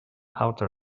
outer